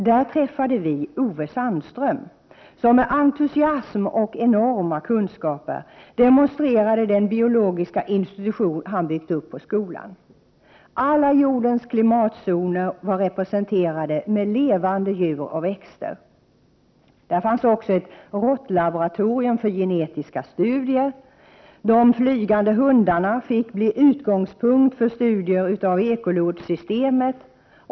Där träffade vi Ove Sandström, som med entusiasm och enorma kunskaper demonstrerade den biologiska institution han byggt upp på skolan. Alla jordens klimatzoner var representerade med levande djur och växter. Där fanns också ett råttlaboratorium för genetiska studier. De flygande hundarna fick bli utgångspunkt för studier av ekolodssystemet.